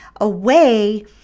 away